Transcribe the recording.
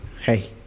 Hey